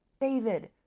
David